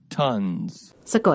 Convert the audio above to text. Tons